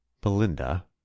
Belinda